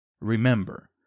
Remember